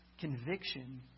conviction